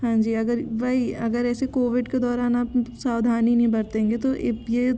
हाँ जी अगर वही अगर ऐसे कोविड के दौरान आप सावधानी नहीं बरतेंगे तो अब ये